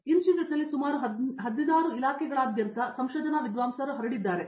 ಇನ್ಸ್ಟಿಟ್ಯೂಟ್ನಲ್ಲಿ ಸುಮಾರು 16 ಇಲಾಖೆಗಳಾದ್ಯಂತ ಸಂಶೋಧನಾ ವಿದ್ವಾಂಸರು ಹರಡಿದ್ದಾರೆ